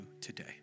today